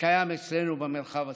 שקיים אצלנו במרחב הציבורי.